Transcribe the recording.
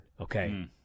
Okay